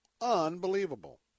Unbelievable